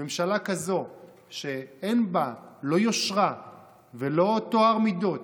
ממשלה כזאת שאין בה לא יושרה ולא טוהר מידות